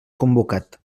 convocat